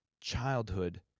childhood